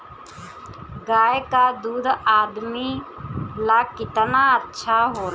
गाय का दूध आदमी ला कितना अच्छा होला?